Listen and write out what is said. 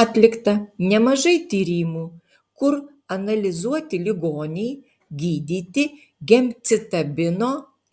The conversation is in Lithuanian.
atlikta nemažai tyrimų kur analizuoti ligoniai gydyti gemcitabino